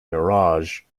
mirage